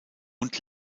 und